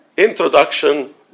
Introduction